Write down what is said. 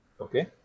Okay